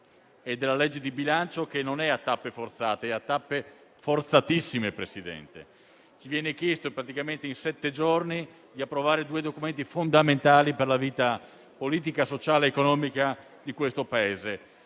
e della legge di bilancio che non è a tappe forzate, bensì forzatissime, Presidente. Ci viene chiesto praticamente in sette giorni di approvare due documenti fondamentali per la vita politica, sociale ed economica di questo Paese.